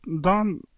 done